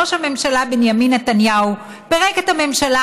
ראש הממשלה בנימין נתניהו פירק את הממשלה